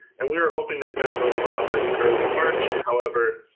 and we're hoping to send those off in early march. however,